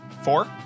four